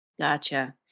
Gotcha